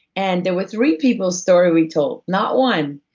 and there were three people's story we told, not one.